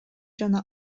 жана